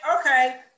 okay